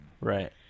Right